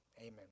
Amen